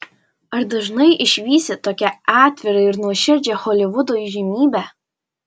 ar dažnai išvysi tokią atvirą ir nuoširdžią holivudo įžymybę